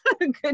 Good